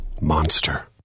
Monster